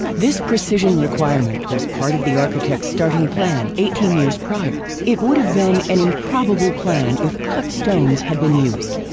this precision requirement was part of the architect's starting plan eighteen years prior, it would have been an improbable plan if cut stones had been used.